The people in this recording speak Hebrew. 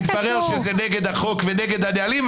מתברר שזה נגד החוק ונגד הנהלים,